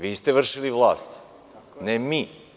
Vi ste vršili vlast, a ne mi.